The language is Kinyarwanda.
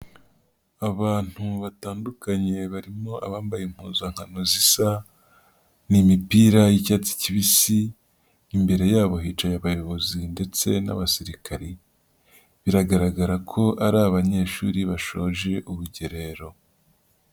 Abantu batandukanye barimo abambaye impuzankano zisa, ni imipira y'icyatsi kibisi, imbere yabo hicaye abayobozi ndetse n'abasirikare, biragaragara ko ari abanyeshuri bashoje urugerero.